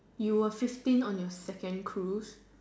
you were fifteen on your second Cruise